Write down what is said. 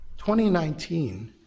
2019